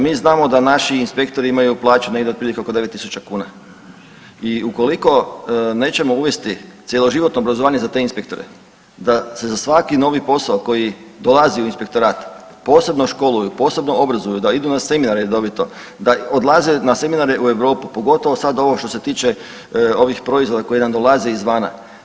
Mi znamo da naši inspektori imaju plaću negdje otprilike oko 9.000 kuna, i ukoliko nećemo uvesti cjeloživotno obrazovanje za te inspektore, da se za svaki novi posao koji dolazi u inspektorat posebno školuju, posebno obrazuju, da idu na seminare redovite, da odlaze na seminare u Europu, pogotovo sad ovo što se tiče ovih proizvoda koji dolaze izvana.